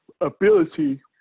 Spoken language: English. ability